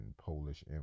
Polish